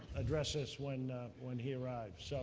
address us when when he arrives. so